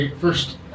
first